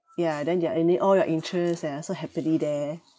ya then their and then all your interest ya also happily there